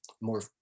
more